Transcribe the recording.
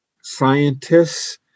Scientists